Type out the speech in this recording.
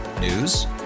News